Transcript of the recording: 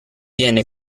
viene